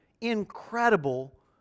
incredible